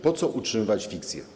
Po co utrzymywać fikcję?